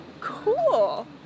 cool